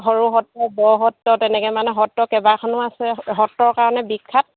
সৰু সত্ৰ বৰ সত্ৰ তেনেকৈ মানে সত্ৰ কেইবাখনো আছে সত্ৰ কাৰণে বিখ্যাত